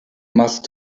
must